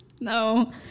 no